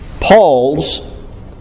Paul's